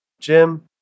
Jim